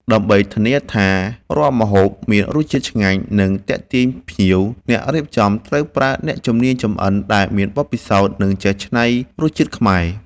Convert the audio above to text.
ដើម្បីធានាបានថារាល់ម្ហូបមានរសជាតិឆ្ងាញ់ និងទាក់ទាញភ្ញៀវ អ្នករៀបចំត្រូវប្រើអ្នកជំនាញចម្អិនដែលមានបទពិសោធន៍ និងចេះច្នៃរសជាតិខ្មែរ។